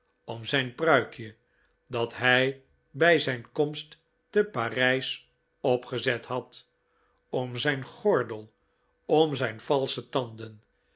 om zijn pruikje dat hij bij zijn komst te parijs opgezet had om zijn gordel om zijn valsche tanden